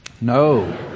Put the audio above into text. No